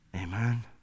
amen